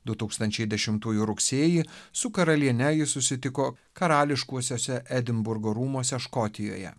du tūkstančiai dešimtųjų rugsėjį su karaliene jis susitiko karališkuosiuose edinburgo rūmuose škotijoje